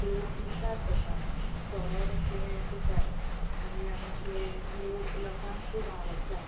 लोक पितात ताका सोरो अशें पितात आनी आमचे लोक लोकांक खूब आवडटा